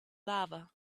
lava